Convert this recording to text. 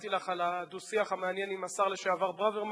לך על הדו-שיח המעניין עם השר לשעבר ברוורמן,